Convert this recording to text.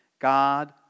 God